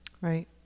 right